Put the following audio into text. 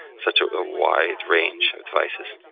such a ah wide range of advices.